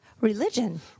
Religion